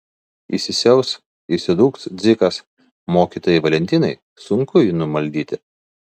įsisiaus įsidūks dzikas mokytojai valentinai sunku jį numaldyti